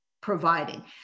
providing